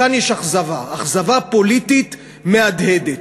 כאן יש אכזבה, אכזבה פוליטית מהדהדת.